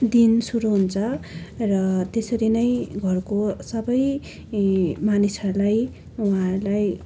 दिन सुरु हुन्छ र त्यसरी नै घरको सबै मानिसहरूलाई उहाँहरूलाई